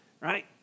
right